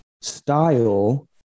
style